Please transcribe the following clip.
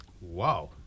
Wow